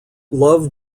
love